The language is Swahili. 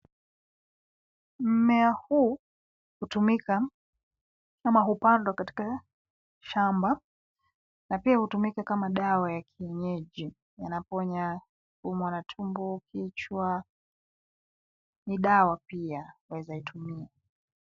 Mmea huu hutumika ama hupandwa katika shamba na pia hutumika kama dawa ya kienyeji. Yanaponya kuumwa na tumbo, kichwa. Ni dawa pia waeza kuitumia.